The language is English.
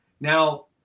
Now